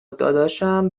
داداشم